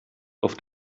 auf